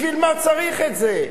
בשביל מה צריך את זה?